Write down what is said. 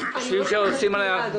אני מדברת על ויצו ועל אפשטיין.